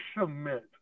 submit